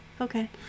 Okay